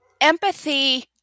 empathy